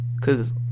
Cause